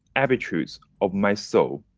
attributes of my soul.